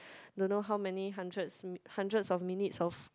don't know how many hundreds hundreds of minutes of